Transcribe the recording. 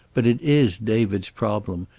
but it is david's problem,